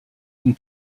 une